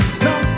No